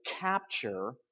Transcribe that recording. capture